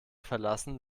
verlassen